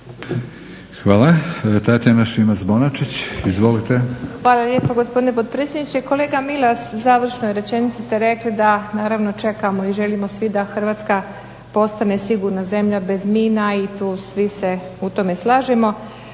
Izvolite. **Šimac Bonačić, Tatjana (SDP)** Hvala lijepo gospodine potpredsjedniče. Kolega Milas u završnoj rečenici ste rekli da naravno čekamo i želimo svi da Hrvatska postane sigurna zemlja bez mina i svi se u tome slažemo.